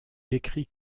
décrit